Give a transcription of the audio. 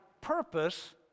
purpose